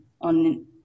on